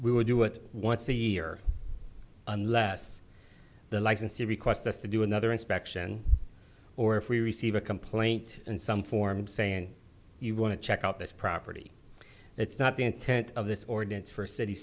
would do it once a year unless the licensee requests us to do another inspection or if we receive a complaint and some form saying you want to check out this property it's not the intent of this ordinance for city